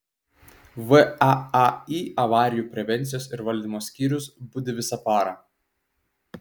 vaai avarijų prevencijos ir valdymo skyrius budi visą parą